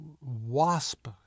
wasp